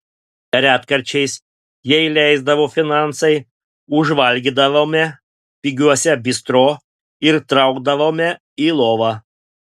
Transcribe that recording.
retkarčiais jei leisdavo finansai užvalgydavome pigiuose bistro ir traukdavome į lovą